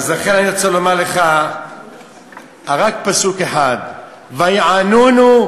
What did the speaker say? אז לכן אני רוצה לומר לך רק פסוק אחד: "ויענונו",